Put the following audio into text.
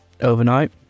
overnight